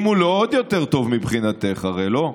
אם הוא לא, עוד יותר טוב מבחינתך, הרי, לא?